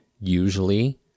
Usually